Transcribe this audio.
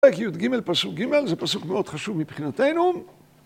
פרק י"ג פסוק ג', זה פסוק מאוד חשוב מבחינתנו.